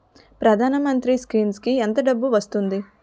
ప్రధాన మంత్రి స్కీమ్స్ కీ ఎంత డబ్బు వస్తుంది?